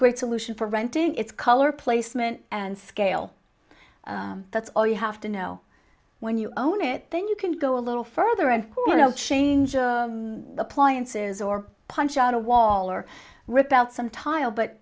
great solution for renting it's color placement and scale that's all you have to know when you own it then you can go a little further and cornell change appliances or punch out a wall or rip out some tile but